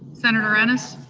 senator ennis?